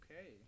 Okay